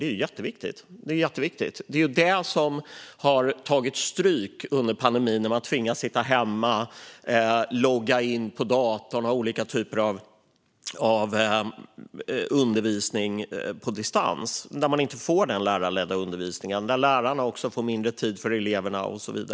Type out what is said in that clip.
Det är jätteviktigt, och det är det som har tagit stryk under pandemin när man tvingats att sitta hemma, logga in på datorn och ha olika typer av undervisning på distans utan den lärarledda undervisningen och där lärarna också får mindre tid för eleverna.